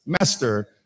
master